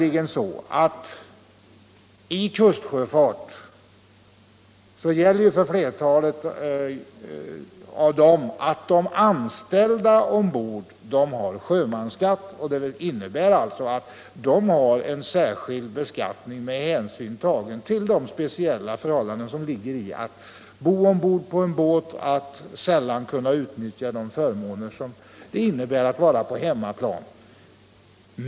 I kustsjöfart gäller att de anställda ombord har sjömansskatt, vilket innebär att de har en särskild beskattning med hänsyn tagen till de speciella förhållanden som ligger i att bo ombord på en båt, att sällan kunna utnyttja de förmåner som det medför att vara på hemmaplan m.m.